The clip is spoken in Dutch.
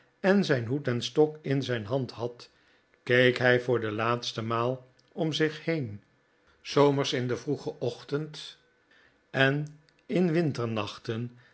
en zijn hoed en stok in zijn hand had keek hij voor de laatste maal om zich heen s zomers in den vroegen ochtend en in